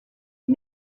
des